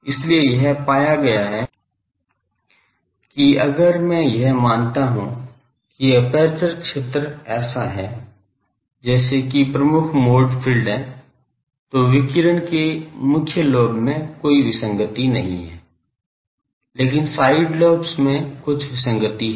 इसलिए यह पाया गया है कि अगर मैं यह मानता हूँ कि एपर्चर क्षेत्र ऐसा है जैसे कि प्रमुख मोड फ़ील्ड है तो विकिरण के मुख्य लोब में कोई विसंगति नहीं है लेकिन साइड लॉब्स में कुछ विसंगति हैं